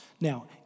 Now